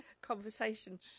conversation